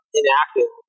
inactive